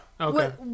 Okay